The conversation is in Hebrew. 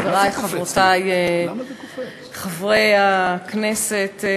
חברי וחברותי חברי הכנסת,